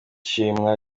shimwa